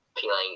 feeling